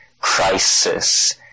crisis